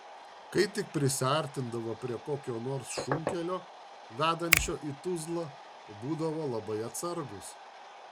kai tik prisiartindavo prie kokio nors šunkelio vedančio į tuzlą būdavo labai atsargūs